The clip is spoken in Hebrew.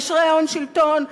קשרי הון-שלטון.